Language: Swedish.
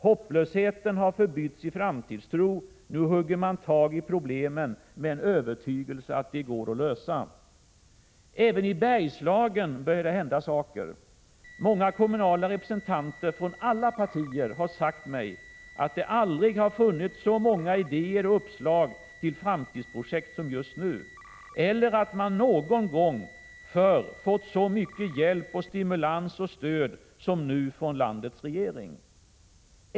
Hopplösheten har förbytts i framtidstro. Nu hugger man tag i problemen med en övertygelse att de går att lösa. Även i Bergslagen börjar det hända saker. Många kommunala representanter från alla partier har sagt mig att det aldrig har funnits så många idéer och uppslag till framtidsprojekt som just nu och att man aldrig någon gång förr fått så mycket hjälp, stimulans och stöd som nu från landets regering.